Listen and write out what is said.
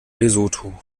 lesotho